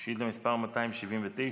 שאילתה מס' 279,